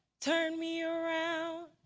turn me around.